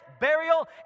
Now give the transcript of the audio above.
burial